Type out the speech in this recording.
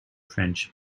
french